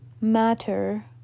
matter